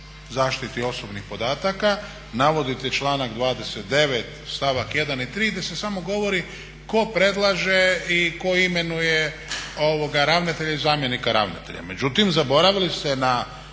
zaštiti osobnih podataka, navodite članak 29. stavak 1.i 3.gdje se samo govori tko predlaže i tko imenuje ravnatelja i zamjenika ravnatelja.